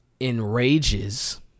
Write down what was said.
enrages